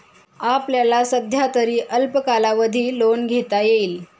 आपल्याला सध्यातरी अल्प कालावधी लोन घेता येईल